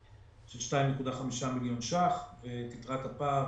של 2.5 מיליון שקלים ותקרת הפער